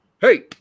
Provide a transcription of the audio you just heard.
hey